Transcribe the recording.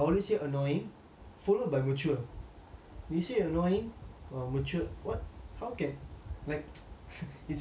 followed by mature they say annoying but mature what how can like it's quite contradicting right